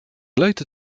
later